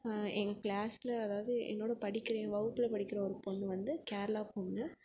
எங்கள் க்ளாஸ்ல அதாவது என்னோடய படிக்கிற என் வகுப்பில் படிக்கிற ஒரு பொண்ணு வந்து கேரளா பொண்ணு